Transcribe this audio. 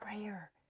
prayer